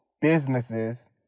businesses